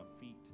feet